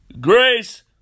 grace